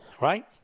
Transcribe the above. Right